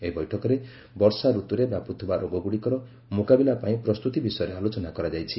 ଏହି ବୈଠକରେ ବର୍ଷାଋତୁରେ ବ୍ୟାପୁଥିବା ରୋଗଗୁଡ଼ିକର ମୁକାବିଲା ପାଇଁ ପ୍ରସ୍ତୁତି ବିଷୟରେ ଆଲୋଚନା କରାଯାଇଛି